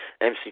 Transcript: MC